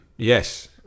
Yes